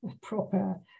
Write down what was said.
proper